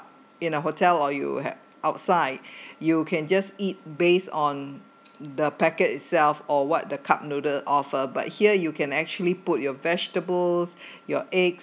in a hotel or you at outside you can just eat based on the packet itself or what the cup noodle offer but here you can actually put your vegetables your egg